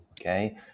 okay